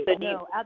No